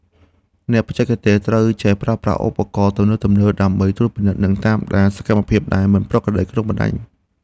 អ្នកបច្ចេកទេសត្រូវចេះប្រើប្រាស់ឧបករណ៍ទំនើបៗដើម្បីត្រួតពិនិត្យ និងតាមដានសកម្មភាពដែលមិនប្រក្រតីក្នុងបណ្តាញ។